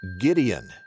Gideon